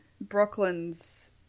Brooklyn's